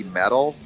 metal